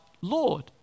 Lord